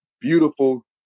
beautiful